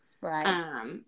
right